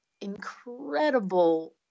incredible